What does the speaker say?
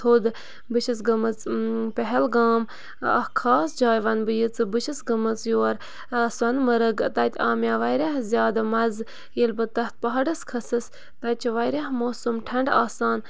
تھوٚد بہٕ چھَس گٔمٕژ پہلگام اَکھ خاص جاے وَنہٕ بہٕ ییٖژٕ بہٕ چھَس گٔمٕژ یور سۄنہٕ مَرٕگ تَتہِ آو مےٚ واریاہ زیادٕ مَزٕ ییٚلہِ بہٕ تَتھ پہاڑَس کھٔسٕس تَتہِ چھِ واریاہ موسم ٹھَنٛڈٕ آسان